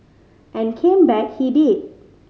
and came back he did